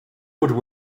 would